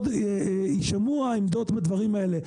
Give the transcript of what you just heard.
יישמעו העמדות בדברים האלה.